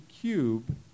Cube